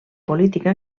política